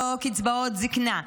לא קצבאות זקנה,